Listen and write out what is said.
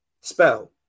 spell